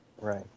Right